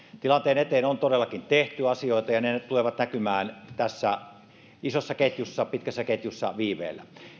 tilanteen eteen on todellakin tehty asioita ja ne nyt tulevat näkymään tässä isossa ketjussa pitkässä ketjussa viiveellä